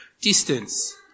distance